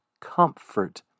comfort